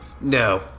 No